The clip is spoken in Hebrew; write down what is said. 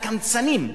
הקמצנים.